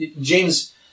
James